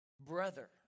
brother